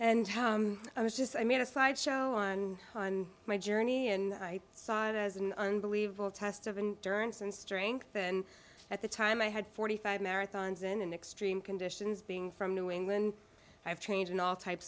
and i was just i mean a slide show on my journey and i saw it as an unbelievable test of in durance and strength and at the time i had forty five marathons in an extreme conditions being from new england i've trained in all types